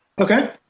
Okay